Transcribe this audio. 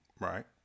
Right